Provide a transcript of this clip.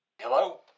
Hello